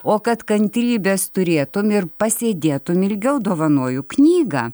o kad kantrybės turėtum ir pasėdėtum ilgiau dovanoju knygą